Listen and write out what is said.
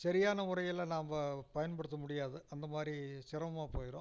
சரியான முறையில் நாம் பயன்படுத்த முடியாது அந்த மாதிரி சிரமமாக போயிடும்